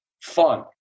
fun